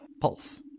pulse